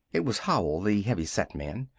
it was howell, the heavy-set man.